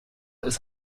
ist